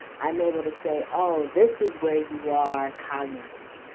i'm able to say oh, this is where you are cognitively.